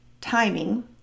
timing